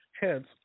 hence